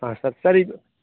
ಹಾಂ ಸರ್ ಸರಿ